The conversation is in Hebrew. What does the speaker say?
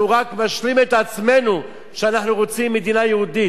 אנחנו רק משלים את עצמנו שאנחנו רוצים מדינה יהודית?